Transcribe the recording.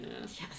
Yes